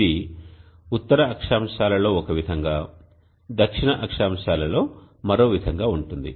ఇది ఉత్తర అక్షాంశాలలో ఒక విధంగా దక్షిణ అక్షాంశాలలో మరో విధంగా ఉంటుంది